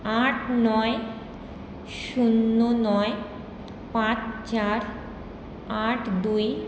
আট নয় শূন্য নয় পাঁচ চার আট দুই